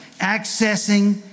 Accessing